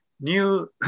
new